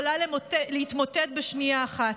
יכולה להתמוטט בשנייה אחת.